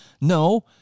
No